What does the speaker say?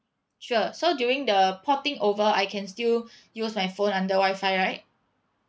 sure so during the porting over I can still use my phone under wifi right